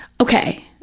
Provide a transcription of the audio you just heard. okay